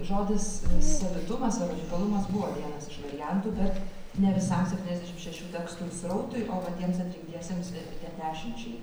žodis savitumas ar unikalumas buvo vienas iš variantų bet ne visam septyniasdešim šešių tekstų ir srautui o va tiems atrinktiesiems tiem dešimčiai